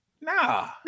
Nah